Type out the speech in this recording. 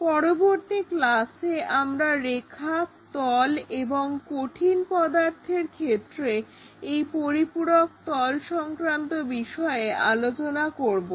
পরবর্তী ক্লাসে আমরা রেখা তল এবং কঠিন পদার্থের ক্ষেত্রে এই পরিপূরক তল সংক্রান্ত বিষয়ে আরো জানবো